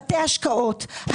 בתי השקעות,